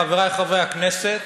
חברי חברי הכנסת,